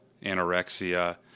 anorexia